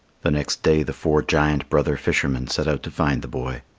the next day the four giant brother fishermen set out to find the boy.